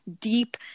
deep